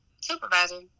supervisor